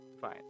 Fine